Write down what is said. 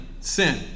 sin